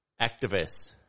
activists